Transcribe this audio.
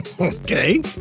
Okay